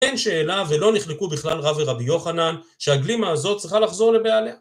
אין שאלה ולא נחלקו בכלל רב רבי יוחנן שהגלימה הזאת צריכה לחזור לבעליה